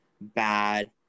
bad